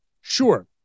Sure